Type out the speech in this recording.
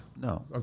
No